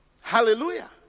Hallelujah